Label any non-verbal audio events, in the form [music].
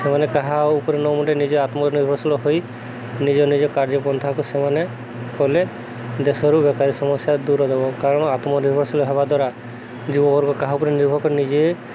ସେମାନେ କାହା ଉପରେ [unintelligible] ନିଜେ ଆତ୍ମନିର୍ଭରଶୀଳ ହୋଇ ନିଜ ନିଜ କାର୍ଯ୍ୟପନ୍ଥାକୁ ସେମାନେ କଲେ ଦେଶରୁ ବେକାରୀ ସମସ୍ୟା ଦୂର ଦବ କାରଣ ଆତ୍ମନିର୍ଭରଶୀଳ ହେବା ଦ୍ୱାରା ଯୁବବର୍ଗ କାହା ଉପରେ ନିର୍ଭର ନିଜେ